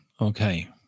Okay